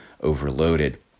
overloaded